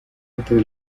entre